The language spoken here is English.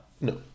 No